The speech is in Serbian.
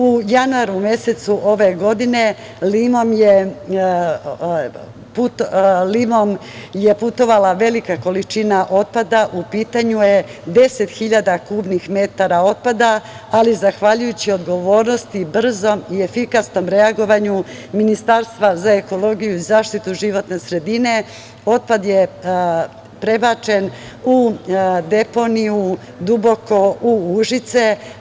U januaru mesecu ove godine, Limom je putovala velika količina otpada u pitanju je 10 hiljada kubnih metara otpada, ali zahvaljujući odgovornosti, brzom i efikasnom reagovanju Ministarstva za ekologiju i zaštitu životne sredine, otpad je prebačen u deponiju Duboko u Užice.